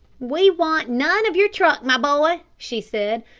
we want none of your truck, my boy, she said.